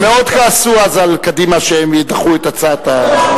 הם מאוד כעסו אז על קדימה שהם דחו את הצעת החוק.